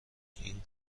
این